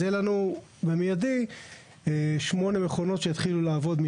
אז יהיה לנו במיידי שמונה מכונות שיתחילו לעבוד,